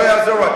זה לא יעזור,